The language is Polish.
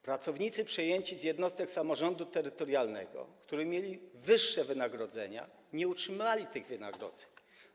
Pracownicy przejęci z jednostek samorządu terytorialnego, którzy mieli wyższe wynagrodzenia, nie utrzymali tych wynagrodzeń.